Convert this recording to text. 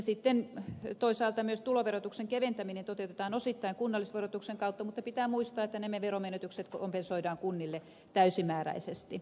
sitten toisaalta myös tuloverotuksen keventäminen toteutetaan osittain kunnallisverotuksen kautta mutta pitää muistaa että nämä veromenetykset kompensoidaan kunnille täysimääräisesti